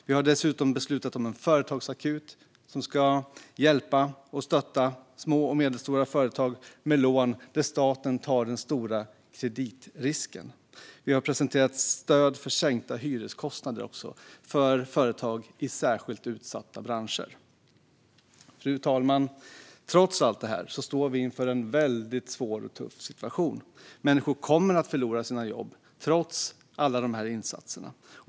Vi har dessutom beslutat om en företagsakut som ska hjälpa och stötta små och medelstora företag med lån där staten tar den stora kreditrisken. Vi har också presenterat stöd för sänkta hyreskostnader för företag i särskilt utsatta branscher. Fru talman! Trots allt detta står vi inför en väldigt svår och tuff situation. Människor kommer att förlora sina jobb trots alla insatser.